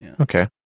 Okay